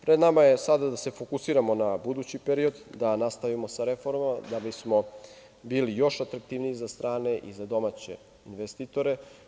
Pred nama je sada da se fokusiramo na budući period, da nastavimo sa reformama, da bismo bili još atraktivniji za strane i za domaće investitore.